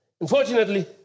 unfortunately